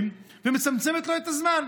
ומצמצמת לו את הזמן.